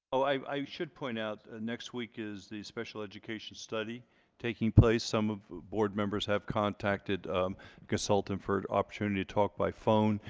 oh, i should point out ah next week is the special education study taking place some of the board members have contacted a consultant for opportunity to talk by phone.